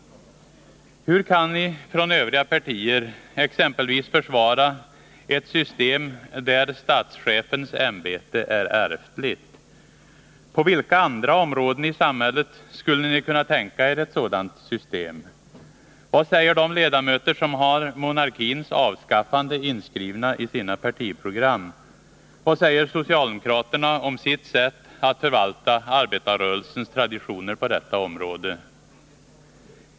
Hur kan ni från Övriga partier exempelvis försvara ett system där statschefens ämbete är ärftligt? På vilka andra områden i samhället skulle ni kunna tänka er ett sådant system? Vad säger de ledamöter som har monarkins avskaffande inskrivna i sina partiprogram? Vad säger socialdemokraterna om sitt sätt att förvalta arbetarrörelsens traditioner?